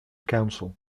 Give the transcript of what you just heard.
council